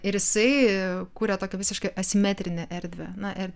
ir jisai kuria tokią visiškai asimetrinę erdvę na ir